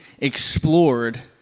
explored